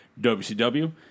WCW